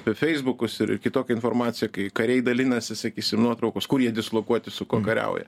feisbukus ir kitokią informaciją kai kariai dalinasi sakysim nuotraukos kur jie dislokuoti su kuo kariauja